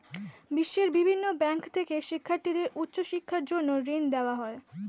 বিশ্বের বিভিন্ন ব্যাংক থেকে শিক্ষার্থীদের উচ্চ শিক্ষার জন্য ঋণ দেওয়া হয়